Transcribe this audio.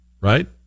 right